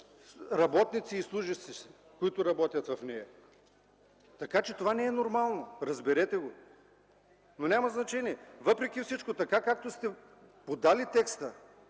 работници и служащи, които работят в нея. Това не е нормално, разберете го! Но няма значение. Въпреки всичко, така както сте подали текста,